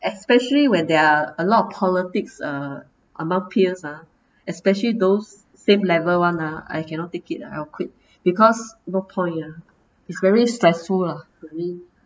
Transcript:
especially when there are a lot of politics uh among peers ah especially those same level [one] ah I cannot take it lah I'll quit because no point ah it's very stressful lah for me